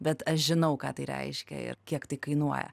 bet aš žinau ką tai reiškia ir kiek tai kainuoja